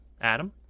Adam